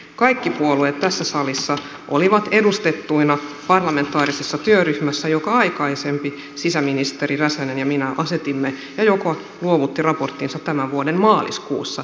kaikki puolueet tässä salissa olivat edustettuina parlamentaarisessa työryhmässä jonka aikaisempi sisäministeri räsänen ja minä asetimme ja joka luovutti raporttinsa tämän vuoden maaliskuussa